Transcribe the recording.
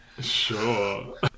Sure